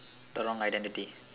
the wrong identity